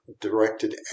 directed